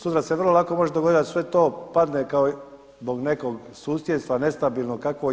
Sutra se vrlo lako može dogoditi da sve to padne zbog nekog susjedstva nestabilnog kakvo je.